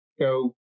go